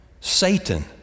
Satan